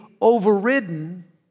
overridden